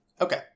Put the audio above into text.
Okay